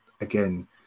again